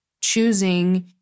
choosing